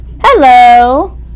hello